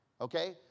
Okay